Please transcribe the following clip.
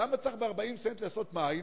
למה צריך ב-40 סנט לעשות מים